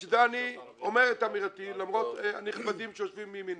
בשביל זה אני אומר את עמדתי למרות הנכבדים שיושבים מימיני.